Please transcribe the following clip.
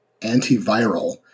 antiviral